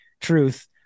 truth